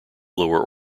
lower